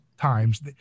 times